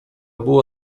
było